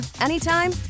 anytime